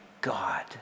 God